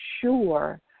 sure